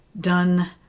done